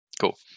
Cool